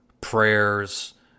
prayers